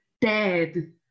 dead